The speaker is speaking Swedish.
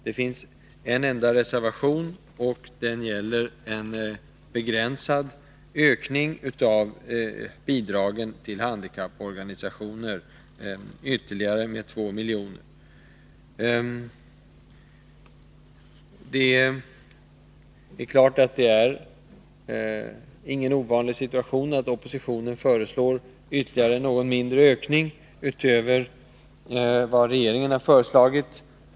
Det finns en enda reservation och den gäller en begränsad ökning av bidragen till handikapporganisationer med ytterligare två miljoner. Det är ingen ovanlig situation att oppositionen föreslår en mindre ökning utöver vad regeringen har föreslagit.